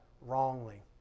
wrongly